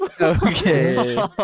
Okay